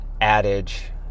adage